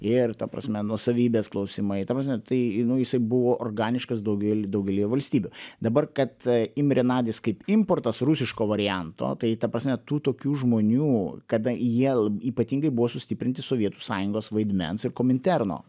ir ta prasme nuosavybės klausimai ta prasme tai nu jisai buvo organiškas daugely daugelyje valstybių dabar kad imrė nadis kaip importas rusiško varianto tai ta prasme tų tokių žmonių kada jie ypatingai buvo sustiprinti sovietų sąjungos vaidmens ir kominterno